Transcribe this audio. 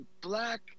black